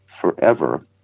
forever